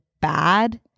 bad